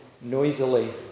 noisily